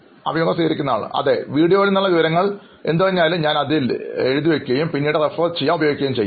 അഭിമുഖം സ്വീകരിക്കുന്നയാൾ അതെ വീഡിയോയിൽ നിന്നുള്ള വിവരങ്ങൾ എന്തുതന്നെയായാലും ഞാൻ അതിൽ കുറിക്കുകയും പിന്നീട് റഫർ ചെയ്യാൻ ഉപയോഗിക്കുകയും ചെയ്യും